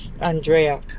Andrea